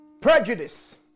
Prejudice